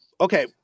Okay